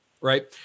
Right